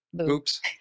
Oops